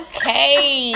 Okay